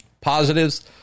Positives